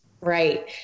Right